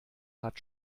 hat